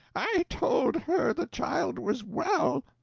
i told her the child was well!